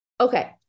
Okay